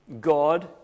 God